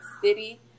city